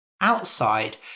Outside